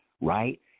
right